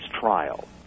trial